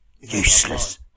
Useless